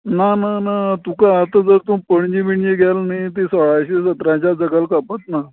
ना ना ना तुका आतां जर तूं पणजे बिणजे गेलो न्ही ती सोळाशीं सतराश्यां सकयल सोपत ना